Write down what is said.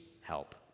help